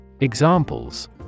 Examples